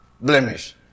blemish